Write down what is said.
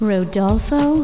Rodolfo